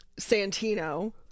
Santino